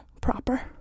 proper